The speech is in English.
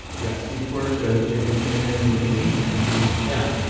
yeah steve quirk judge jj kinahan maybe mackenzie now.